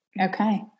Okay